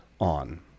on